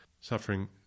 suffering